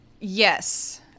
Yes